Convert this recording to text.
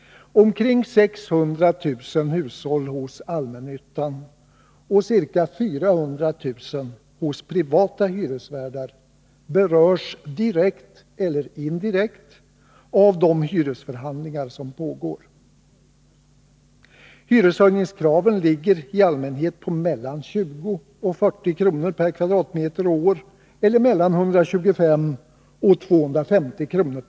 Omkring 600 000 hushåll hos allmännyttan och ca 400 000 hos privata hyresvärdar berörs direkt eller indirekt av de hyresförhandlingar som pågår. Hyreshöjningskraven ligger i allmänhet på mellan 20 och 40 kr. per kvadratmeter och år eller mellan 125 och 250 kr.